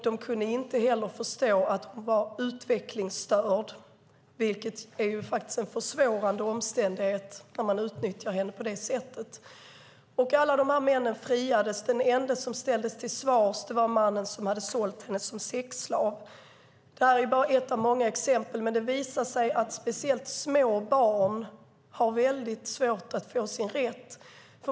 De kunde inte heller förstå att hon var utvecklingsstörd, vilket faktiskt är en försvårande omständighet när man utnyttjar henne på det sättet. Alla de här männen friades. Den ende som ställdes till svars var mannen som hade sålt henne som sexslav. Det här är bara ett av många exempel. Men det visar sig att speciellt små barn har väldigt svårt att få sin rätt.